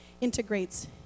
integrates